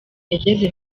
yageze